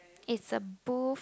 it's a booth